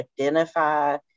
identify